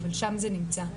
אבל שם זה נמצא.